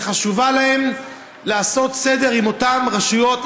שחשוב להם לעשות סדר עם אותן רשויות,